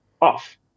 off